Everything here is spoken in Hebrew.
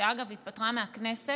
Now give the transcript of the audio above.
שאגב, התפטרה מהכנסת